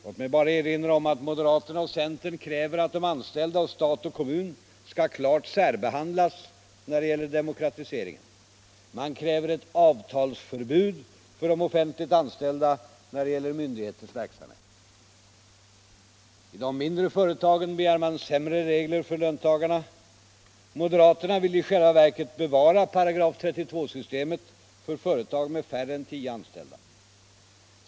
Låt mig bara erinra om att moderaterna och centern kräver att de anställda hos stat och kommun skall klart särbehandlas när det gäller demokratiseringen. Man kräver ett avtalsförbud för de offentligt anställda när det gäller myndigheters verksamhet. I de mindre företagen begär man sämre regler för löntagarna. Moderaterna vill i själva verket bevara § 32-systemet för företag med färre än tio anställda.